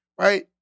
right